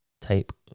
type